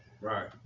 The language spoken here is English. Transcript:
Right